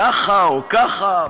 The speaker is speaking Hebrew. ככה או ככה,